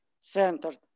centered